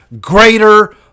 greater